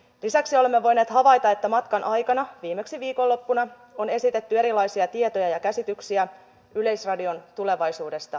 lisäksi olemme voineet havaita että matkan aikana viimeksi viikonloppuna on esitetty erilaisia tietoja ja käsityksiä yleisradion tulevaisuudesta yleensä